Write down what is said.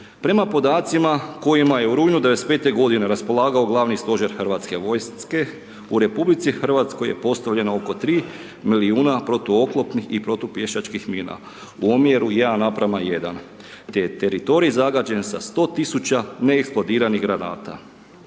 Prema podacima kojima je u rujnu '95. g. raspolagao Glavni stožer HV-a, u RH je postavljeno oko 3 milijuna protuoklopnih i protupješačkih mina u omjeru 1:1 te je teritorij zagađen sa 100 000 neeksplodiranih granata.